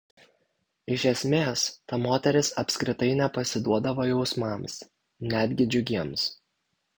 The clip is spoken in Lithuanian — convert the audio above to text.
iš esmės ta moteris apskritai nepasiduodavo jausmams netgi džiugiems